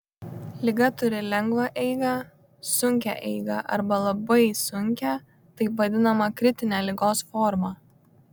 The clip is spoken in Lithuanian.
liga turi lengvą eigą sunkią eigą arba labai sunkią taip vadinamą kritinę ligos formą